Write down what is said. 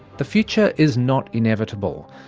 the future is not inevitable,